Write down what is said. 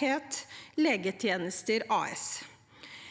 het Legetjenester AS.